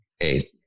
Eight